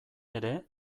ere